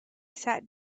sat